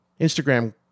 Instagram